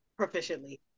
proficiently